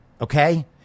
Okay